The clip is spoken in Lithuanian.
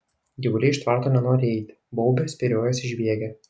gyvuliai iš tvarto nenori eiti baubia spyriojasi žviegia